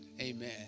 Amen